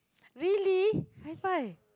really high five